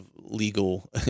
legal